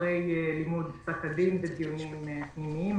אחרי לימוד פסק הדין בדיונים פנימיים,